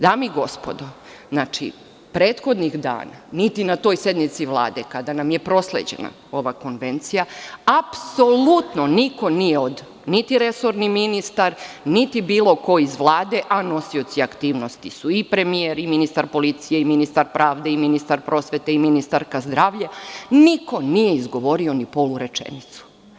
Dame i gospodo, prethodnih dana, niti na toj sednici Vlade kada nam je prosleđena ova konvencija apsolutno niko nije, niti resorni ministar niti bilo ko iz Vlade, a nosioci aktivnosti su i premijer i ministar policije i ministar pravde i ministar prosvete i ministarka zdravlja, niko nije izgovorio ni polurečenicu.